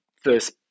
first